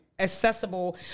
accessible